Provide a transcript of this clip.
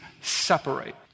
separate